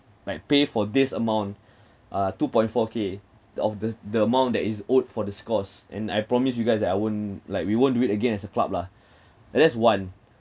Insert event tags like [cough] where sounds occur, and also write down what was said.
like pay for this amount [breath] uh two point four K of the the amount that is owed for this course and I promise you guys that I won't like we won't do it again as a club lah [breath] and that's one